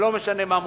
ולא משנה מה מוצאו.